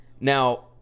Now